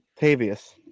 Tavius